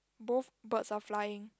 both birds are flying